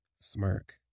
smirk